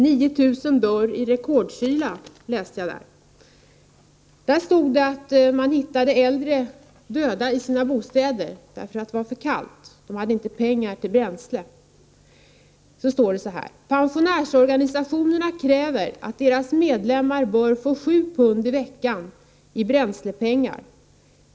”9 000 dör i rekordkyla”, stod det. Vidare stod det att man hade hittat äldre människor som dött i sina bostäder, därför att det var för kallt. De hade inte pengar till bränsle. Och vidare: ”Pensionärsorganisationerna kräver att deras medlemmar bör få sju pund i veckan i bränslepengar under vintrarna.